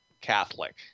Catholic